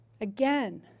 Again